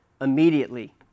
immediately